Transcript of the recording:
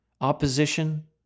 opposition